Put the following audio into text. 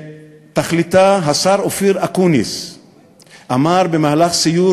שתכליתה: השר אופיר אקוניס אמר במהלך סיור